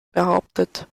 behauptet